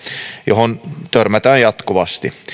johon törmätään jatkuvasti